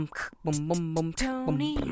Tony